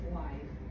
life